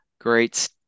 Great